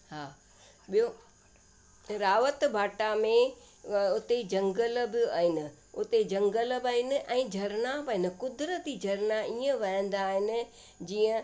हा ॿियों रावत भाटा में उते ई जंगल बि आहिनि उते जंगल बि आहिनि ऐं झरना बि आहिनि क़ुदिरती झरना ईअं वहंदा आहिनि जीअं